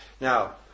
Now